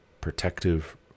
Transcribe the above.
protective